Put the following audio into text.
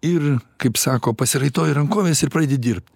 ir kaip sako pasiraitoji rankoves ir pradedi dirbt